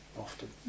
often